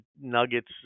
nuggets